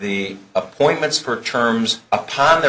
the appointments for terms upon their